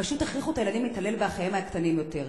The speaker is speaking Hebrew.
פשוט הכריחו את הילדים להתעלל באחיהם הקטנים יותר.